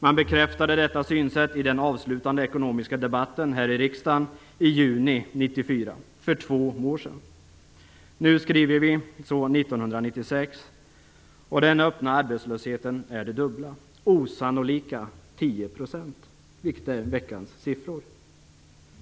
Man bekräftade detta synsätt i den avslutande ekonomiska debatten här i riksdagen i juni 1994, för två år sedan. Nu skriver vi 1996, och den öppna arbetslösheten är det dubbla, osannolika 10 %, vilket är veckans siffror.